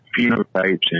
phenotypes